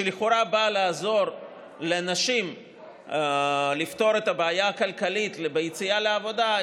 שלכאורה באה לעזור לנשים לפתור את הבעיה הכלכלית ביציאה לעבודה,